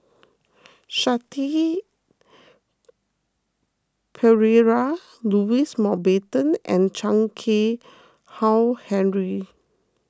Shanti Pereira Louis Mountbatten and Chan Keng Howe Harry